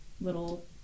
little